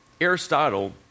Aristotle